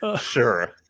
Sure